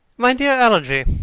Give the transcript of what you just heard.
my dear algy,